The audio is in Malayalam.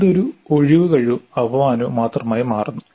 അത് ഒരു ഒഴികഴിവും അപമാനവും മാത്രമായി മാറുന്നു